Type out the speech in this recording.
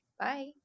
Bye